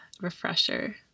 refresher